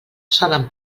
solen